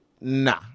nah